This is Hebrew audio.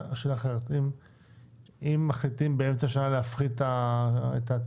אחרת: אם מחליטים באמצע שנה להפחית תעריפים,